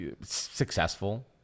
successful